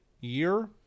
year